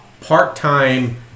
Part-time